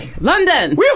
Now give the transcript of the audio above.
London